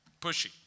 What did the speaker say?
pushy